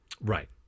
right